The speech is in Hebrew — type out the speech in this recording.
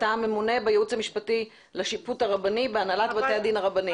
אתה הממונה בייעוץ המשפטי לשיפוט הרבני בהנהלת בתי הדין הרבניים,